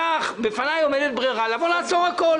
בפניי עומדת ברירה של לבוא ולעצור את הכל